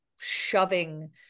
shoving